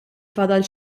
fadal